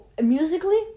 musically